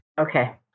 okay